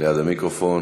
ליד המיקרופון.